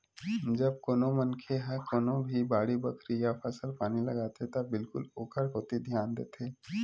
जब कोनो मनखे ह कोनो भी बाड़ी बखरी या फसल पानी लगाथे त बिल्कुल ओखर कोती धियान देथे